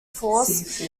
force